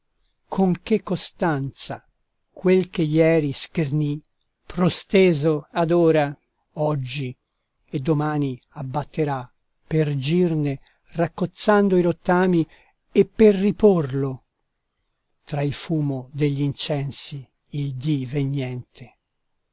che costanza quel che ieri schernì prosteso adora oggi e domani abbatterà per girne raccozzando i rottami e per riporlo tra il fumo degl'incensi il dì vegnente